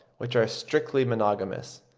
which are strictly monogamous.